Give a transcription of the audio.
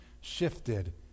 shifted